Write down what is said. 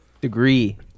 degree